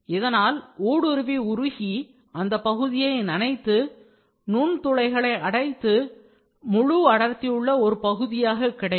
இதனால் ஊடுருவி உருகி அந்த பகுதியை நனைத்து நுண் துளைகளை அடைத்து முழு அடர்த்தியுள்ள பகுதியாக கிடைக்கும்